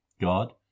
God